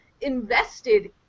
invested